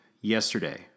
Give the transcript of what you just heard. yesterday